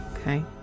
Okay